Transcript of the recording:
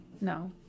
no